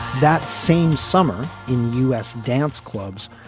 that same summer in u s. dance clubs.